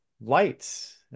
lights